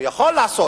הוא יכול לעשות.